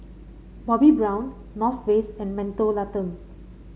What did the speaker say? Bobbi Brown North Face and Mentholatum